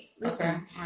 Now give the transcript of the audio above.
listen